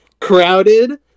crowded